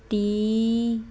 T